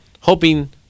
hoping